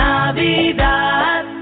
Navidad